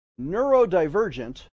neurodivergent